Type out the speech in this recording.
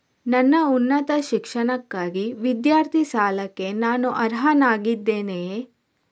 ನನ್ನ ಉನ್ನತ ಶಿಕ್ಷಣಕ್ಕಾಗಿ ವಿದ್ಯಾರ್ಥಿ ಸಾಲಕ್ಕೆ ನಾನು ಅರ್ಹನಾಗಿದ್ದೇನೆಯೇ?